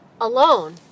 Alone